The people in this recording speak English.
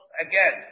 again